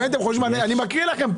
אני מקריא לכם.